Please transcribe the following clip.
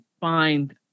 find